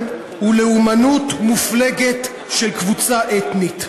הוא לאומנות מופלגת של קבוצה אתנית.